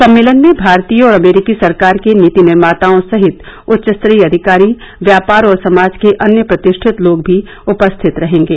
सम्मेलन में भारतीय और अमरीकी सरकार के नीति निर्माताओं सहित उच्चस्तरीय अधिकारी व्यापार और समाज के अन्य प्रतिष्ठित लोग भी उपस्थित रहेंगे